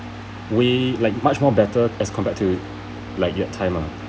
we like much more better as compared to like yet time uh